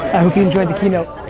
you enjoyed the keynote.